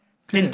קואליציונית?